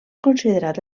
considerat